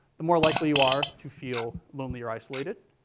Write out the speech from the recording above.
the more likely you are to feel lonely or isolated.